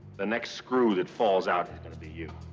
the next screw that falls out is going to be you.